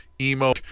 emo